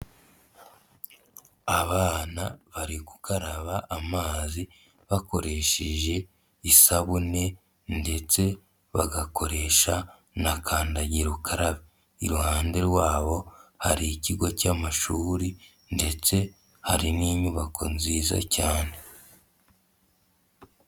Abana bari gukaraba amazi bakoresheje isabune ndetse bagakoresha na kandagira ukarabe, iruhande rwabo hari ikigo cy'amashuri ndetse hari n'inyubako nziza cyane.